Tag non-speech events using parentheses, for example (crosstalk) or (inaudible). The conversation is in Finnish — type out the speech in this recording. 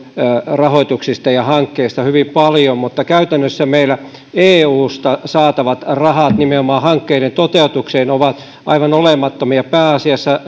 rahoituksista ja hankkeista hyvin paljon mutta käytännössä meillä eusta saatavat rahat nimenomaan hankkeiden toteutukseen ovat aivan olemattomia pääasiassa (unintelligible)